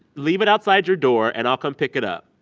leave it outside your door and i'll come pick it up